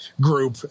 group